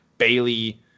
Bailey